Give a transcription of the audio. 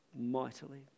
Mightily